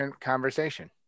conversation